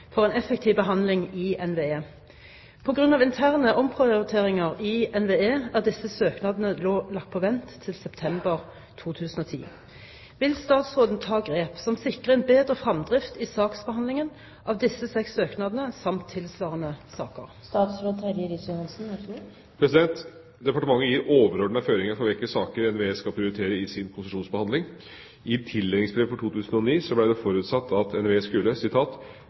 for en effektiv behandling i NVE. På grunn av interne omprioriteringer i NVE er disse søknadene nå lagt på vent til september 2010. Vil statsråden ta grep som sikrer en bedre fremdrift i saksbehandlingen av disse seks søknadene samt tilsvarende saker?» Departementet gir overordnede føringer for hvilke saker NVE skal prioritere i sin konsesjonsbehandling. I tildelingsbrevet for 2009 ble det forutsatt at NVE skulle